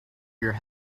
your